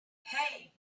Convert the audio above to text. hey